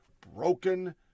broken